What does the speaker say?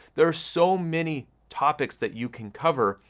there are so many topics that you can cover,